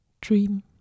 dream